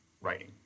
writing